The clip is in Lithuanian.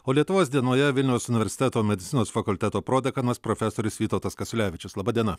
o lietuvos dienoje vilniaus universiteto medicinos fakulteto prodekanas profesorius vytautas kasiulevičius laba diena